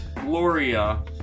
Gloria